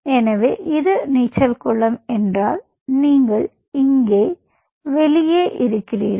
எனவே இது நீச்சல் குளம் என்றால் நீங்கள் இங்கே வெளியே இருக்கிறீர்கள்